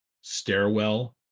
stairwell